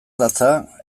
datza